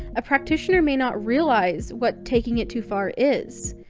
a practitioner may not realize what taking it too far is.